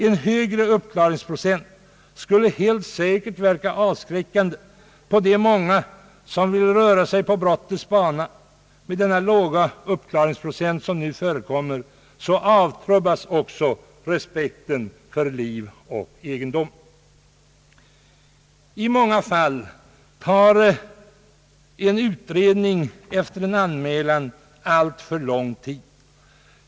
En högre uppklaringsprocent skulle helt säkert verka avskräckande på de många som vill röra sig på brottets bana. Med den låga uppklaringsprocent som nu förekommer avtrubbas respekten för liv och egendom. I många fall tar utredningen efter en anmälan alltför lång tid.